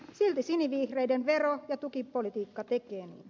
silti sinivihreiden vero ja tukipolitiikka tekee niin